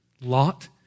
lot